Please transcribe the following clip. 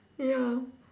ya